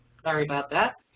sorry about that.